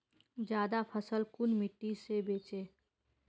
ज्यादा फसल कुन मिट्टी से बेचे?